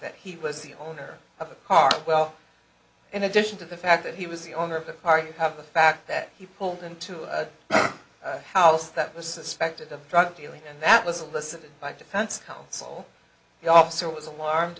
that he was the owner of the car well in addition to the fact that he was the owner of the car you have the fact that he pulled into a house that was suspected of drug dealing and that was a listen by defense counsel the officer was alarmed